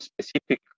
specific